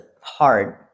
hard